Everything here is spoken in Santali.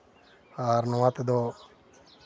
ᱟᱨ ᱱᱚᱣᱟ ᱛᱮᱫᱚ